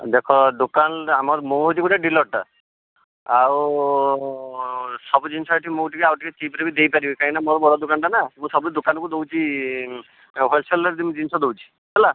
ଦେଖ ଦୋକାନଟା ଆମର ମୁଁ ହେଉଛି ଗୋଟିଏ ଡିଲର୍ଟା ଆଉ ସବୁଜିନିଷ ଏଠି ମୁଁ ଟିକିଏ ଆଉ ଟିକିଏ ଚିପ୍ରେ ବି ଦେଇପାରିବି କାହିଁକି ନା ମୋର ବଡ଼ ଦୋକାନଟା ନା ମୁଁ ସବୁ ଦୋକାନକୁ ଦେଉଛି ହୋଲ୍ସେଲ୍ ରେଟ୍ ଜିନିଷ ଦେଉଛି ହେଲା